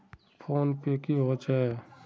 Phone पै की होचे?